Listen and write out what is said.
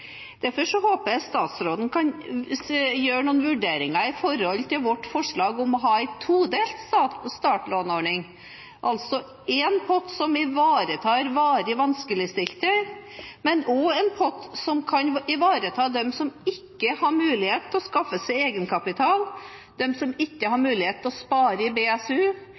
Derfor håper jeg at statsråden kan gjøre noen vurderinger av vårt forslag om å ha en todelt startlånsordning, altså en pott som ivaretar varig vanskeligstilte, men også en pott som kan ivareta dem som ikke har mulighet til å skaffe seg egenkapital, som ikke har mulighet til å spare i BSU,